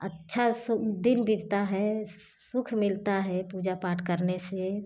अच्छा सुख दिन बीतता है सुख मिलता है पूजा पाठ करने से